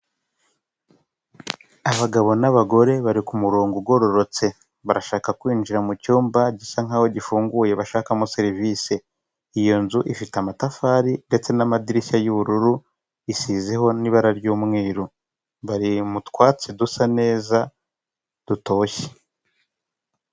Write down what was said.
Abagabo n'abagore bari ku murongo ugororotse barashaka kwinjira mu cyumba gisa nk'aho gifunguye bashakamo serivisi, iyo nzu ifite amatafari ndetse n'amadirishya y'ubururu isizeho n'ibara ry'umweru bari mu twatsi dusa neza dutoshye.